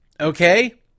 okay